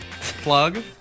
Plug